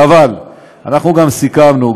אבל אנחנו גם סיכמנו,